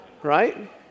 Right